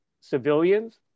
civilians